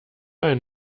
ein